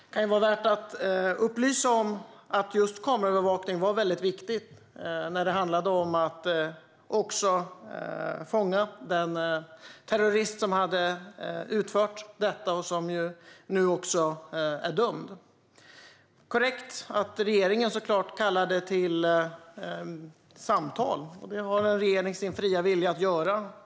Det kan vara värt att upplysa om att just kamerabevakning var mycket viktigt när det gällde att fånga den terrorist som utförde detta och som nu också är dömd. Det är korrekt att regeringen kallade till samtal, och det är regeringens fria vilja.